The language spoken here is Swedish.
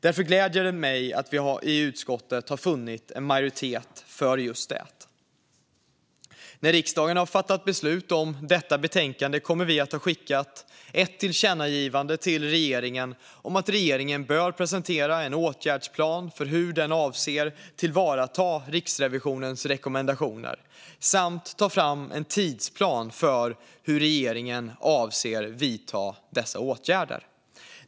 Därför gläder det mig att vi i utskottet har funnit majoritet för just det. När riksdagen har fattat beslut om detta betänkande kommer vi att ha skickat ett tillkännagivande till regeringen om att regeringen bör presentera en åtgärdsplan för hur den avser att tillvarata Riksrevisionens rekommendationer samt ta fram en tidsplan för hur regeringen avser att vidta dessa åtgärder.